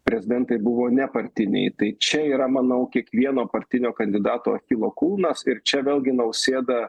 prezidentai buvo nepartiniai tai čia yra manau kiekvieno partinio kandidato achilo kulnas ir čia vėlgi nausėda